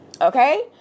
Okay